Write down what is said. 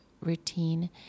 routine